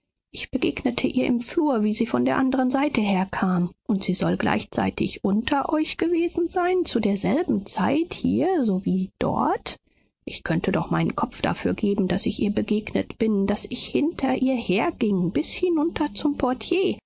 ich begegnete ihr im flur wie sie von der anderen seite herkam und sie soll gleichzeitig unter euch gewesen sein zu derselben zeit hier sowohl wie dort ich könnte doch meinen kopf dafür geben daß ich ihr begegnet bin daß ich hinter ihr herging bis hinunter zum portier